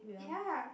ya